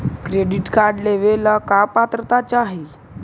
Credit card लेवेला का पात्रता चाही?